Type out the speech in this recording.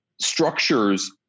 structures